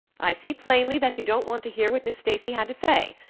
i see plainly that you don't want to hear what miss stacy had to say.